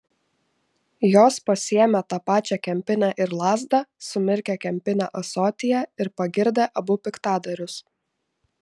jos pasiėmė tą pačią kempinę ir lazdą sumirkė kempinę ąsotyje ir pagirdė abu piktadarius